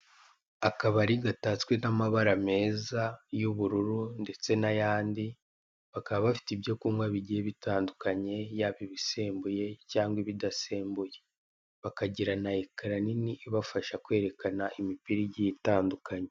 Akabari gatatswe n'amabara meza y'ubururu ndetse n'ayandi, bakaba bafte ibyo kunywa bigiye bitandukanye yaba iibisembuye ndetse n'ibidasembuye, bakangira na ekara nini ibafasha kwerekana mipira igiye itandukanye.